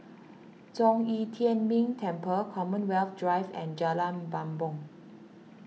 Zhong Yi Tian Ming Temple Commonwealth Drive and Jalan Bumbong